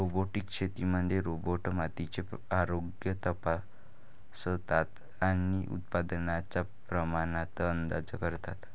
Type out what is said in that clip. robotic शेतीमध्ये robot मातीचे आरोग्य तपासतात आणि उत्पादनाच्या प्रमाणात अंदाज करतात